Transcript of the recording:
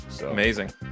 Amazing